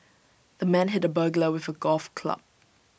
the man hit the burglar with A golf club